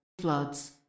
Floods